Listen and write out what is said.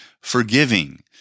forgiving